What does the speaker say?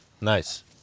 nice